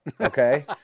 okay